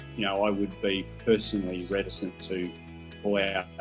you know i would be personally reticent to wear